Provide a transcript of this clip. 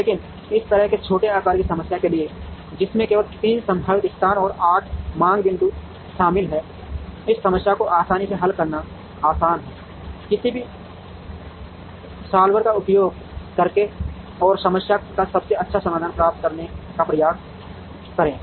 लेकिन इस तरह के छोटे आकार की समस्या के लिए जिसमें केवल 3 संभावित स्थान और 8 मांग बिंदु शामिल हैं इस समस्या को आसानी से हल करना आसान है किसी भी सॉल्वर का उपयोग करके और समस्या का सबसे अच्छा समाधान प्राप्त करने का प्रयास करें